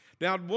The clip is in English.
Now